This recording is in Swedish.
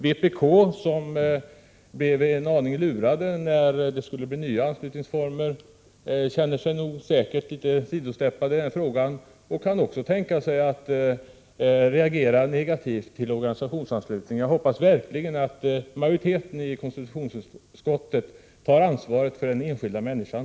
Vpk, som blev en aning lurat när det skulle bli nya anslutningsformer, känner sig väl litet åsidosatt i den här frågan. Vpk kan nog därför också tänka sig att reagera negativt på organisationsanslutningen. Jag hoppas verkligen att majoriteten i konstitutionsutskottet tar ansvar för den enskilda människan.